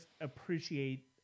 appreciate